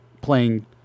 playing